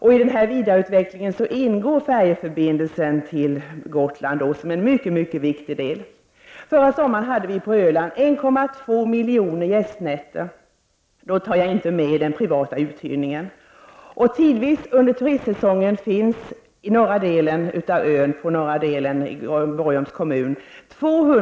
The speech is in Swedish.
I denna vidareutveckling ingår färjeförbindelsen till Gotland som en mycket viktig del. Förra sommaren hade Öland 1,2 miljoner gästnätter, utom den privata uthyrningen. Tidvis under turistsäsongen finns över 2 000 tusen turister samtidigt på norra delen av ön i Borgholms kommun.